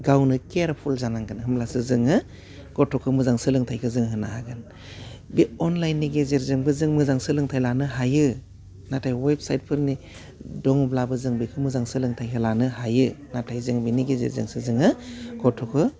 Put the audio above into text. गावनो केयारफुल जानांगोन होमब्लासो जोङो गथ'खौ मोजां सोलोंथाइखो जों होनो हागोन बे अनालाइननि गेजेरजोंबो जों मोजां सोलोंथाइ लानो हायो नाथाय वेब साइटफोरनि दङब्लाबो जों बेखौ मोजां सोलोंथाइ लानो हायो नाथाय जों बेनि गेजेरजोंसो जोङो गथ'खो